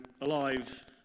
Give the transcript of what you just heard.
alive